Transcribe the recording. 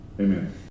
Amen